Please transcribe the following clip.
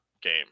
game